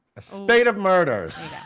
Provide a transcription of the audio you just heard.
a spate of murders.